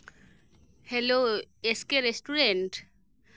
hello ᱮᱥᱠᱮ restaurant